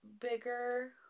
bigger